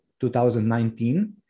2019